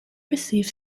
receive